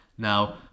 Now